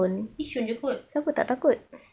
yishun jer kot